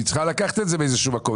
היא צריכה לקחת את זה מאיזשהו מקום.